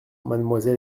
mademoiselle